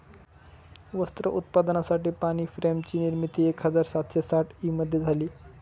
वस्त्र उत्पादनासाठी पाणी फ्रेम ची निर्मिती एक हजार सातशे साठ ई मध्ये झाली